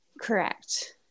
Correct